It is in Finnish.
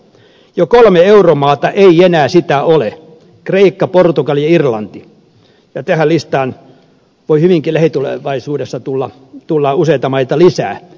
jo kolme euromaata ei enää sitä ole kreikka portugali ja irlanti ja tähän listaan voi hyvinkin lähitulevaisuudessa tulla useita maita lisää